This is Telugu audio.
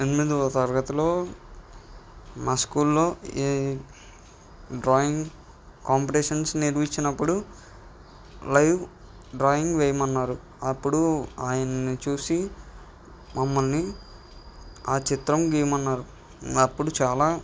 ఎనిమిదవ తరగతిలో మా స్కూల్లో ఏ డ్రాయింగ్ కాంపిటీషన్స్ నిర్విచినప్పుడు లైవ్ డ్రాయింగ్ వేయమన్నారు అప్పుడు ఆయన్ని చూసి మమ్మల్ని ఆ చిత్రం గీయమన్నారు అప్పుడు చాలా